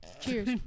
Cheers